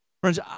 Friends